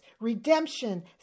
redemption